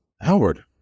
howard